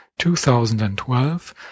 2012